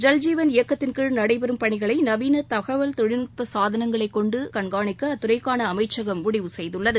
ஜல்ஜீவன் இயக்கத்தின் கீழ நடைபெறும் பணிகளை நவீன தகவல் தொழில்நுட்ப சாதனங்களைக் கொண்டு கண்காணிக்க அத்துறைக்கான அமைச்சகம் முடிவு செய்துள்ளது